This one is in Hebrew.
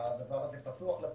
הדבר הזה פתוח לציבור,